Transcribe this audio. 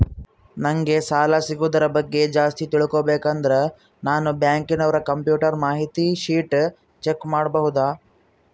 ನಂಗೆ ಸಾಲ ಸಿಗೋದರ ಬಗ್ಗೆ ಜಾಸ್ತಿ ತಿಳಕೋಬೇಕಂದ್ರ ನಾನು ಬ್ಯಾಂಕಿನೋರ ಕಂಪ್ಯೂಟರ್ ಮಾಹಿತಿ ಶೇಟ್ ಚೆಕ್ ಮಾಡಬಹುದಾ?